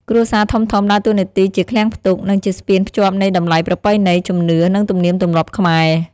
គ្រួសារធំៗដើរតួនាទីជាឃ្លាំងផ្ទុក និងជាស្ពានភ្ជាប់នៃតម្លៃប្រពៃណី ជំនឿ និងទំនៀមទម្លាប់ខ្មែរ។